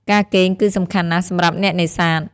ការគេងគឺសំខាន់ណាស់សម្រាប់អ្នកនេសាទ។